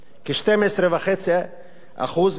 כ-12.5% מכלל היישובים בארץ.